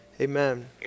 amen